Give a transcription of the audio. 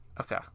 Okay